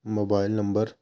mobile number